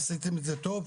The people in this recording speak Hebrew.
עשיתם את זה היטב,